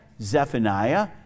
Zephaniah